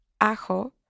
ajo